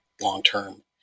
long-term